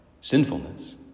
sinfulness